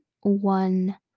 one